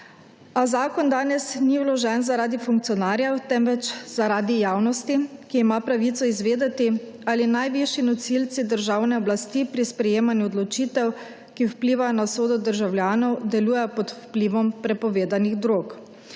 zakon danes ni vložen zaradi funkcionarjev, temveč zaradi javnosti, ki ima pravico izvedeti, ali najvišji nosilci državne oblasti pri sprejemanju odločitev, ki vplivajo na usodo državljanov, delujejo pod vplivom prepovedanih drog.